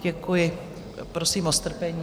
Děkuji, prosím o strpení.